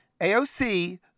AOC